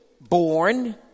born